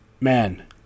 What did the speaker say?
man